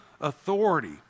authority